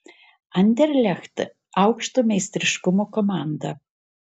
anderlecht aukšto meistriškumo komanda